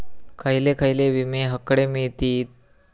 खयले खयले विमे हकडे मिळतीत?